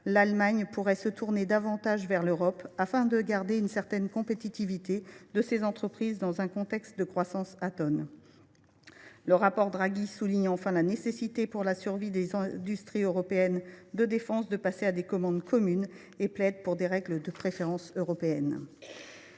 l’Allemagne pourrait se tourner davantage vers l’Europe afin de garantir la compétitivité de ses entreprises dans un contexte de croissance atone. Dans son rapport, Mario Draghi souligne enfin la nécessité, pour la survie des industries européennes de défense, de passer à des commandes communes et plaide pour des règles de préférence européenne.